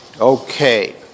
Okay